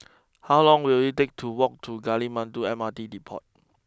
how long will it take to walk to Gali Batu M R T Depot